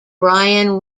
brian